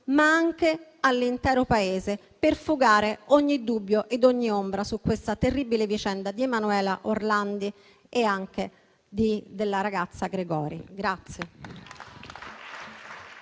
ma anche all'intero Paese, per fugare ogni dubbio ed ogni ombra su questa terribile vicenda di Emanuela Orlandi e anche di Mirella Gregori.